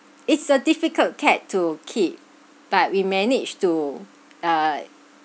it's a difficult cat to keep but we managed to uh